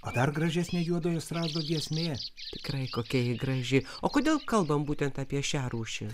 o dar gražesnė juodojo strazdo giesmė tikrai kokia ji graži o kodėl kalbam būtent apie šią rūšį